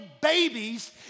babies